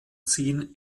ziehen